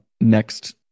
next